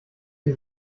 die